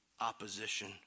opposition